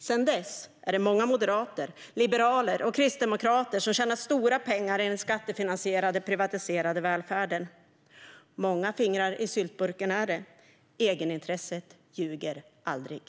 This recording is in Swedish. Sedan dess är det många moderater, liberaler och kristdemokrater som har tjänat stora pengar i den skattefinansierade privatiserade välfärden. Många fingrar i syltburken är det. Egenintresset ljuger aldrig.